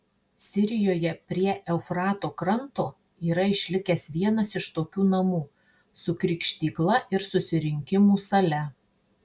sirijoje prie eufrato kranto yra išlikęs vienas iš tokių namų su krikštykla ir susirinkimų sale